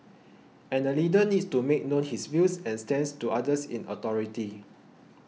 and a leader needs to make known his views and stance to others in authority